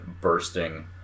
bursting